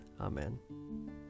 Amen